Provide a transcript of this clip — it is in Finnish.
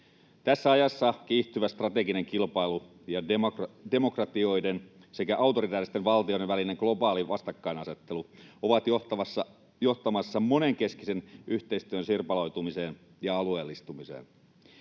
Tässä ajassa kiihtyvä strateginen kilpailu ja demokratioiden sekä autoritääristen valtioiden välinen globaali vastakkainasettelu ovat johtamassa monenkeskisen yhteistyön sirpaloitumiseen ja alueellistumiseen.